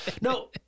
No